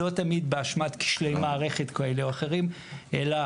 לא תמיד באשמת כשלי מערכת כאלה או אחרים אלא